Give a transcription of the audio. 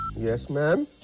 yes ma'am.